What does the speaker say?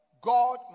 God